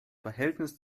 verhältnis